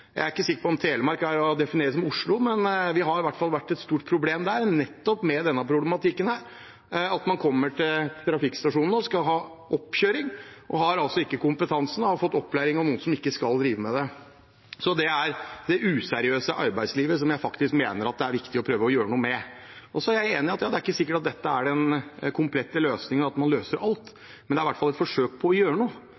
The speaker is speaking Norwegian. Jeg er ikke sikker på om Telemark er å definere som Oslo, men vi har i hvert fall hatt et stort problem der nettopp med dette, at man kommer til trafikkstasjonene og skal ha oppkjøring, og så har man altså ikke kompetansen og har fått opplæring av noen som ikke skal drive med det. Det er det useriøse arbeidslivet, som jeg faktisk mener at det er viktig å prøve å gjøre noe med. Så er jeg enig i at det er ikke sikkert at dette er den komplette løsningen, at man løser alt,